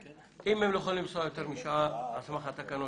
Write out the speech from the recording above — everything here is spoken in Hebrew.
אם הם לא יכולים לנסוע יותר משעה על סמך התקנות,